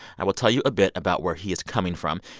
i will tell you a bit about where he is coming from.